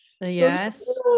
Yes